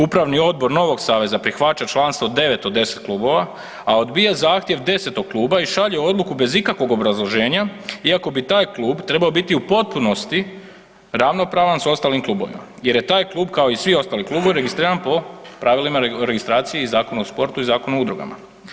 Upravni odbor novog saveza prihvaća članstvo 9 od 10 klubova, a odbija zahtjev 10. kluba i šalje odluku bez ikakvog obrazloženja, iako bi taj klub trebao biti u potpunosti ravnopravan s ostalim klubovima jer je taj klub kao i svi ostali klubovi registriran po pravili o registraciji i Zakonu o sportu i Zakonu o udrugama.